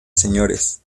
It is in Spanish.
señores